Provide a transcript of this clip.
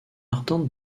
ardente